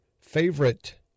favorite